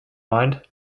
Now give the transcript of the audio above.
mind